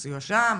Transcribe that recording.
סיוע שם,